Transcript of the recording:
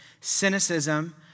cynicism